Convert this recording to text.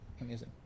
amazing